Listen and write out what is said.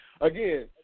Again